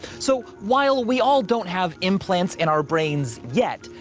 so while we all don't have implants in our brains, yet,